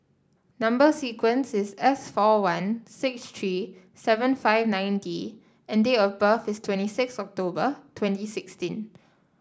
number sequence is S four one six three seven five nine D and date of birth is twenty six October twenty sixteen